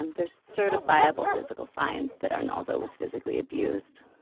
and there's certifiable physical signs that arnaldo was physically abused.